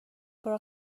بار